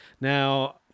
Now